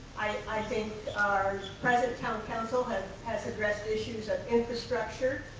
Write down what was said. i think our present town council has has addressed issues of infrastructure,